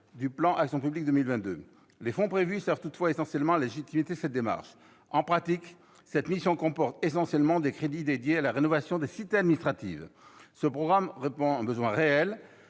du plan « Action publique 2022 ». Toutefois, les fonds prévus servent avant tout à légitimer cette démarche ; en pratique, cette mission comporte essentiellement des crédits dédiés à la rénovation des cités administratives. Ce programme répond à un besoin réel